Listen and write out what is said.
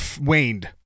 waned